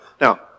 Now